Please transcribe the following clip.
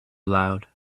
loud